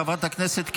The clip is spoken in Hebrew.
חברי הכנסת,